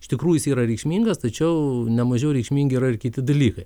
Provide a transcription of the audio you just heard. iš tikrųjų yra reikšmingas tačiau nemažiau reikšmingi yra ir kiti dalykai